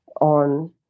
on